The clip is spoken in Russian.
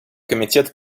комитет